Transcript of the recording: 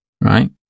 right